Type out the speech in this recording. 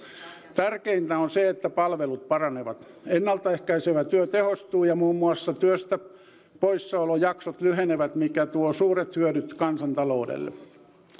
tärkeintä on se että palvelut paranevat ennaltaehkäisevä työ tehostuu ja muun muassa työstäpoissaolojaksot lyhenevät mikä tuo suuret hyödyt kansantaloudelle